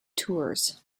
tours